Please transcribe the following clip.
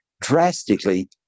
drastically